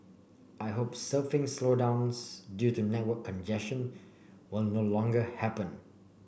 I hope surfing slowdowns due to network congestion will no longer happen